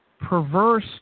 perverse